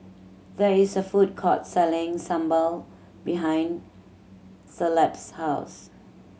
there is a food court selling sambal behind Caleb's house